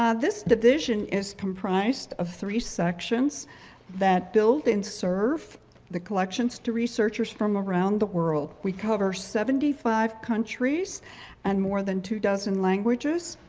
ah this division is comprised of three sections that build and serve the collections to researchers from around the world. we cover seventy five countries and more than two dozen languages.